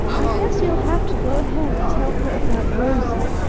i guess you'll have to go ahead and tell her about rosie,